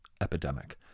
epidemic